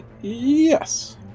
yes